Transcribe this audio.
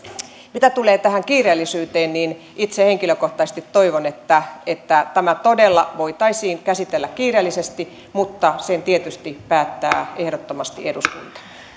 mitä tulee tähän kiireellisyyteen niin itse henkilökohtaisesti toivon että että tämä todella voitaisiin käsitellä kiireellisesti mutta sen tietysti päättää ehdottomasti eduskunta